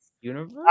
Universe